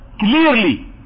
clearly